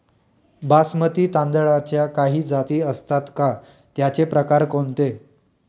बासमती तांदळाच्या काही जाती असतात का, त्याचे प्रकार कोणते?